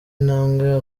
intambwe